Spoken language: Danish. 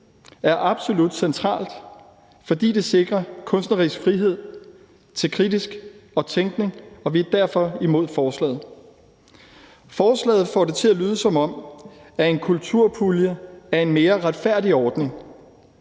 er absolut centralt, fordi det sikrer kunstnerisk frihed til kritisk tænkning, og vi er derfor imod forslaget. Forslaget får det til at lyde, som om en kulturpulje er en mere retfærdig ordning,